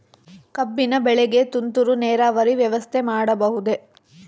ಕಬ್ಬಿನ ಬೆಳೆಗೆ ತುಂತುರು ನೇರಾವರಿ ವ್ಯವಸ್ಥೆ ಮಾಡಬಹುದೇ?